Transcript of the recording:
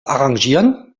arrangieren